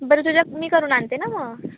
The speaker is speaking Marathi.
बरं तुझ्या मी करून आणते ना मग